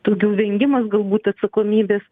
daugiau vengimas galbūt atsakomybės